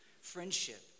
friendship